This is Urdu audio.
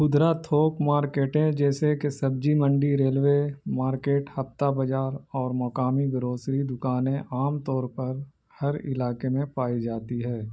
قدراات تھوک مارکیٹیں جیسے کہ سبجی منڈی ریلوے مارکیٹ ہفتہ بازار اور مقامی گروسری دکانیں عام طور پر ہر علاقے میں پائی جاتی ہے